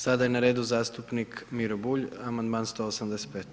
Sada je na redu zastupnik Miro Bulj, amandman 185.